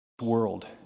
world